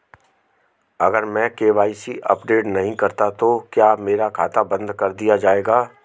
अगर मैं KYC update नहीं करता तो क्या मेरा खाता बंद कर दिया जाएगा?